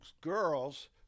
girls